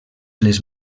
les